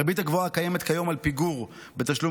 הריבית הגבוהה הקיימת כיום על פיגור בתשלום